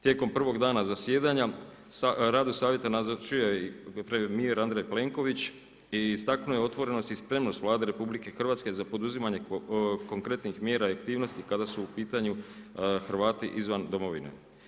Tijekom 1. dana zasjedanja radu Savjeta nazočio je i premijer Andrej Plenković i istaknuo je otvorenost i spremnost Vlade RH za poduzimanje konkretnih mjera i aktivnosti kada su u pitanju Hrvati izvan domovine.